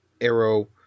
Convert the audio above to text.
Arrow